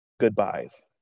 goodbyes